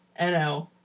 NL